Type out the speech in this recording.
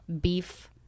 beef